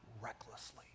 recklessly